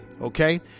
okay